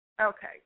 Okay